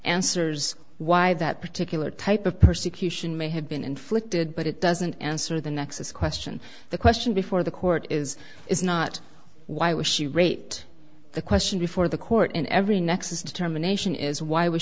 answers why that particular type of persecution may have been inflicted but it doesn't answer the nexus question the question before the court is is not why was she rate the question before the court in every nexus determination is why w